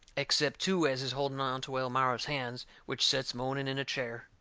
except two as is holding onto elmira's hands which sets moaning in a chair.